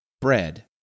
bread